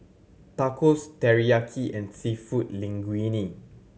Tacos Teriyaki and Seafood Linguine